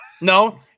No